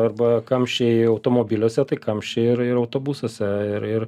arba kamščiai automobiliuose tai kamščiai ir ir autobusuose ir ir